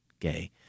gay